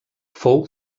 fou